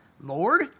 Lord